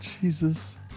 Jesus